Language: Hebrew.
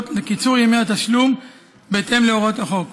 לקיצור זמן התשלום בהתאם להוראות החוק.